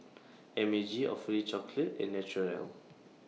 M A G Awfully Chocolate and Naturel